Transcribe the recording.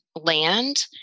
land